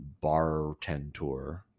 bartender